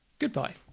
Goodbye